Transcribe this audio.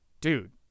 dude